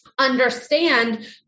understand